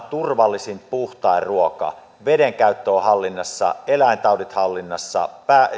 turvallisin puhtain ruoka veden käyttö on hallinnassa eläintaudit hallinnassa